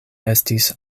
estis